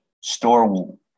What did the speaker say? store